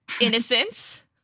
Innocence